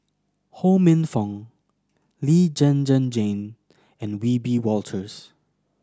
Ho Minfong Lee Zhen Zhen Jane and Wiebe Wolters